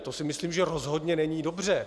To si myslím, že rozhodně není dobře.